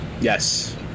Yes